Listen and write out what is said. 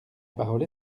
parole